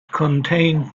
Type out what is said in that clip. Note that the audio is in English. contained